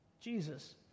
Jesus